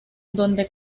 donde